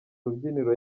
rubyiniro